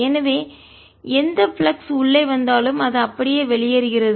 எனவே எந்த ஃப்ளக்ஸ் உள்ளே வந்தாலும் அது அப்படியே வெளியேறுகிறது